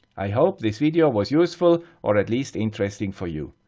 i hope, this video was useful or at least interesting for you.